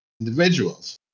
individuals